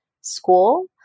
school